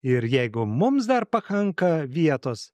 ir jeigu mums dar pakanka vietos